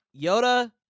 Yoda